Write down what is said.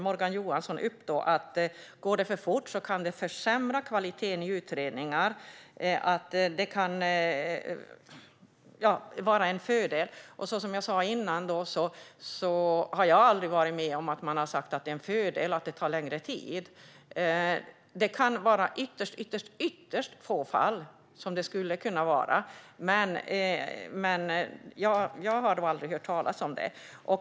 Morgan Johansson lyfter upp att kvaliteten i utredningar kan försämras om det går för fort och att det kan vara en fördel att det tar längre tid. Som jag sa tidigare har jag aldrig varit med om att man har sagt det är en fördel att det tar längre tid. Det skulle kunna vara så i ytterst få fall, men jag har aldrig hört talas om det.